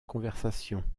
conversation